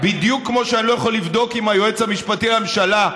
אל תקבעי מה אני עושה.